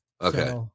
Okay